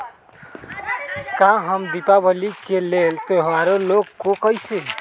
का हम दीपावली के लेल त्योहारी लोन ले सकई?